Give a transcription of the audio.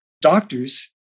doctors